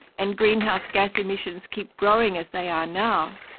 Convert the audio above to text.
and greenhouse gas emissions keep growing as they are now,